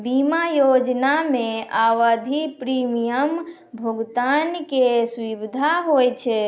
बीमा योजना मे आवधिक प्रीमियम भुगतान के सुविधा होय छै